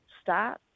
start